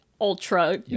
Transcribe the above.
ultra